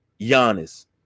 Giannis